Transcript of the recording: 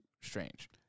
strange